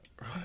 Right